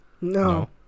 No